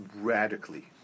radically